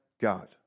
God